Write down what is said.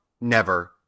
Never